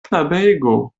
knabego